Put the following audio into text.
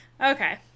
okay